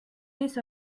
this